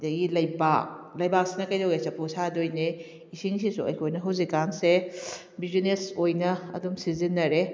ꯑꯗꯒꯤ ꯂꯩꯕꯥꯛ ꯂꯩꯕꯥꯛꯁꯤꯅ ꯀꯩꯗꯧꯋꯦ ꯆꯥꯐꯨ ꯁꯥꯗꯣꯏꯅꯦ ꯏꯁꯤꯡꯁꯤꯁꯨ ꯑꯩꯈꯣꯏꯅ ꯍꯧꯖꯤꯛ ꯀꯥꯟꯁꯦ ꯕꯤꯖꯤꯅꯦꯁ ꯑꯣꯏꯅ ꯑꯗꯨꯝ ꯁꯤꯖꯤꯟꯅꯔꯦ